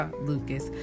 Lucas